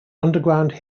underground